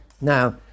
Now